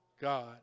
God